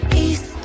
east